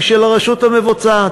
היא של הרשות המבצעת.